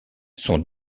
son